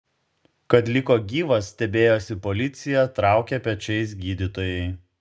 kad liko gyvas stebėjosi policija traukė pečiais gydytojai